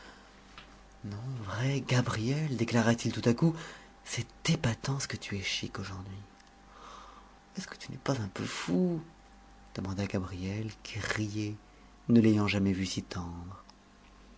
non vrai gabrielle déclara-t-il tout à coup c'est épatant ce que tu es chic aujourd'hui est-ce que tu n'es pas un peu fou demanda gabrielle qui riait ne l'ayant jamais vu